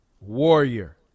Warrior